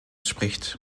spricht